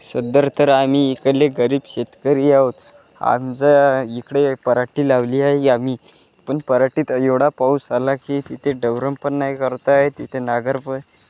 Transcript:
सदर तर आम्ही इकडले गरीब शेतकरी आहोत आमच्या इकडे पराठी लावली आहे आम्ही पण पराठीत एवढा पाऊस आला की तिथे डवरण पण नाही करता येत आहे तिथे नांगर प